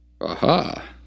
Aha